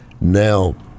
Now